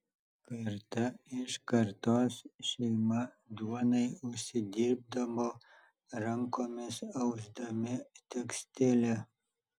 karta iš kartos šeima duonai užsidirbdavo rankomis ausdami tekstilę